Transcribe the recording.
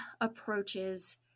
approaches